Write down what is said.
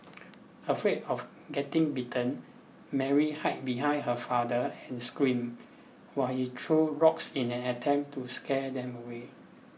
afraid of getting bitten Mary hide behind her father and screamed while he threw rocks in an attempt to scare them away